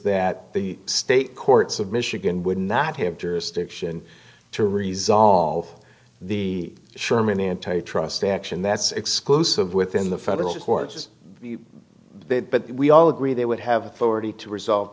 that the state courts of michigan would not have jurisdiction to resolve the sherman antitrust action that's exclusive within the federal court just that but we all agree they would have already to resolve